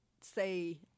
say